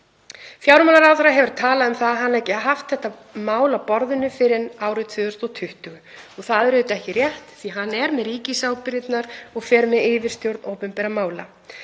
Fjármálaráðherra hefur talað um að hann hafi ekki haft þetta mál á borðinu fyrr en árið 2020. Það er auðvitað ekki rétt því að hann er með ríkisábyrgðirnar og fer með yfirstjórn opinberra mála.